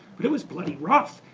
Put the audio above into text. but it was bloody rough.